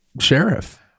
sheriff